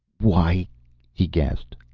why he gasped.